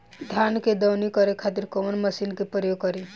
धान के दवनी करे खातिर कवन मशीन के प्रयोग करी?